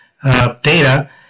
Data